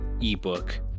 ebook